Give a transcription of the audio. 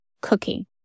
cooking